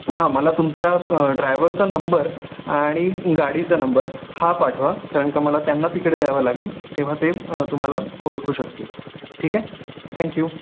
हा मला तुमचा ड्रायवरचा नंबर आणि गाडीचा नंबर हा पाठवा कारण का मला त्यांना तिकडे द्यावं लागेल तेव्हा ते तुम्हाला ओळखू शकतील ठीक आहे थँक यु